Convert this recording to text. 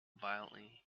violently